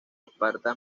esparta